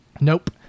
Nope